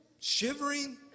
shivering